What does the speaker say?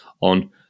on